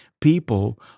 People